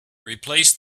replace